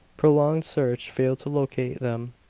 prolonged search failed to locate them,